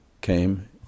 came